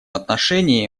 отношении